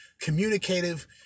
communicative